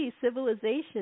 civilization